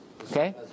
Okay